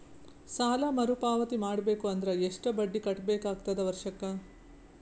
ಸಾಲಾ ಮರು ಪಾವತಿ ಮಾಡಬೇಕು ಅಂದ್ರ ಎಷ್ಟ ಬಡ್ಡಿ ಕಟ್ಟಬೇಕಾಗತದ ವರ್ಷಕ್ಕ?